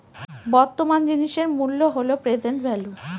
বর্তমান জিনিসের মূল্য হল প্রেসেন্ট ভেল্যু